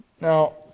Now